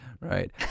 right